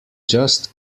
just